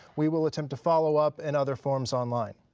we will attempt to follow up and other forms online.